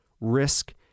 risk